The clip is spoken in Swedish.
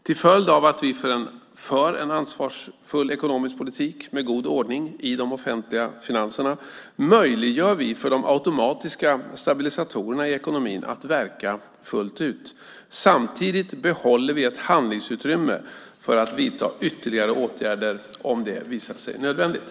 Till följd av att vi för en ansvarsfull ekonomisk politik med god ordning i de offentliga finanserna möjliggör vi för de automatiska stabilisatorerna i ekonomin att verka fullt ut. Samtidigt behåller vi ett handlingsutrymme för att vidta ytterligare åtgärder om det visar sig nödvändigt.